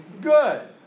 Good